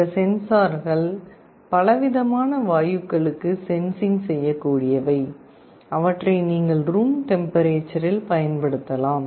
இந்த சென்சார்கள் பலவிதமான வாயுக்களுக்கு சென்சிங் செய்யக்கூடியவை அவற்றை நீங்கள் ரூம் டெம்பரேச்சரில் பயன்படுத்தலாம்